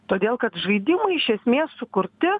todėl kad žaidimai iš esmės sukurti